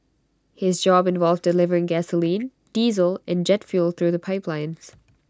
his job involved delivering gasoline diesel and jet fuel through the pipelines